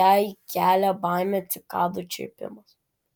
jai kelia baimę cikadų čirpimas